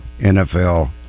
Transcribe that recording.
NFL